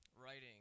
writing